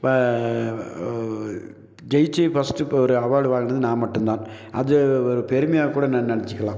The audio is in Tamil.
ஜெயித்து ஃபஸ்ட்டு இப்போ ஒரு அவார்டு வாங்கினது நான் மட்டும்தான் அது ஒரு பெருமையாக கூட நான் நினச்சிக்கலாம்